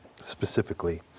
specifically